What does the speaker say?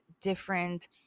different